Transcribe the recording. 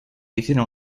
hicieron